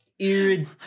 irid